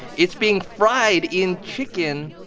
it's being fried in chicken.